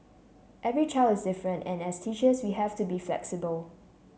every child is different and as teachers we have to be flexible